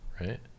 right